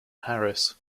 harris